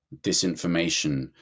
disinformation